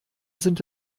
sind